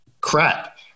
crap